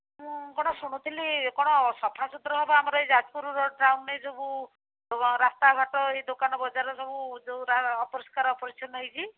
ମୁଁ କ'ଣ ଶୁଣୁଥିଲି କ'ଣ ସଫାସୁତରା ହବ ଆମର ଏଇ ଯାଜପୁର ରୋଡ଼୍ ଟାଉନ୍ରେ ଯବୁ ରାସ୍ତାଘାଟ ଏଇ ଦୋକାନ ବଜାର ସବୁ ଯେଉଁଟା ଅପରିଷ୍କାର ଅପରିଚ୍ଛନ୍ନ ହେଇଛି